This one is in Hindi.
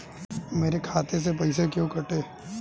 मेरे खाते से पैसे क्यों कटे?